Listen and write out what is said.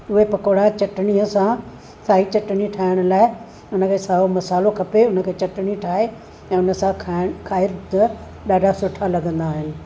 उहे पकोड़ा चटणीअ सां साई चटणी ठाहिण लाइ उनखे साओ मसालो खपे उनखे चटणी ठाहे ऐं हुनसां खाइणु खाए त ॾाढा सुठा लॻंदा आहिनि